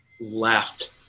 left